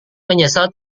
menyesal